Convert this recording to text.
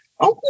Okay